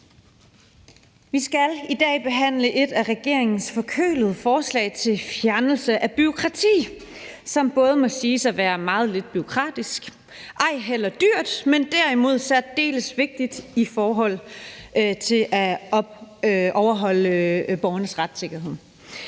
Vi skal i dag behandle et af regeringens forkølede forslag til fjernelse af bureaukrati i forbindelse med noget, som må siges at være meget lidt bureaukratisk og ej heller dyrt, men derimod særdeles vigtigt i forhold til at opretholde borgernes retssikkerhed.